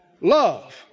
love